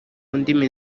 ndimi